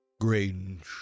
Grange